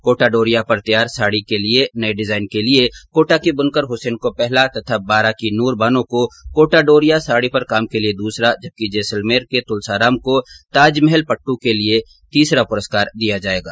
कोटा डोरिया पर तैयार साड़ी के नए डिजाइन के लिए कोटा के बुनकर हुसैन को पहला तथा बारां की नूर बानो को कोटा डोरिया साड़ी पर काम के लिए दूसरा जबकि जैसलमेर के तुलसा राम को ताजमहल पड्डू के लिए तीसरा पुरस्कार दिया जाएगा